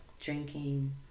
drinking